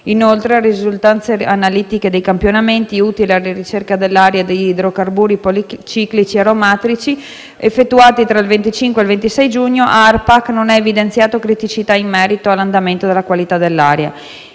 Inoltre, dalle risultanze analitiche dei campionamenti utili alla ricerca nell'aria di idrocarburi policiclici aromatici effettuati tra il 25 e il 26 giugno, ARPAC non ha evidenziato criticità in merito all'andamento della qualità dell'aria.